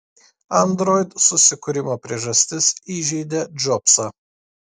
android susikūrimo priežastis įžeidė džobsą